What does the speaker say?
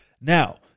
Now